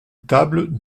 table